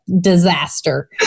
disaster